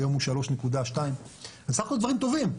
היום הוא 3.2. בסך הכל דברים טובים,